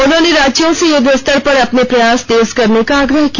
उन्होंने राज्यों से युद्धस्तर पर अपने प्रयास तेज करने का आग्रह किया